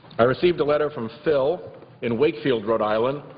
i received a letter from phil in wakefield, rhode island,